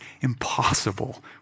impossible